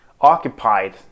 occupied